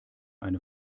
eine